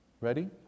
Ready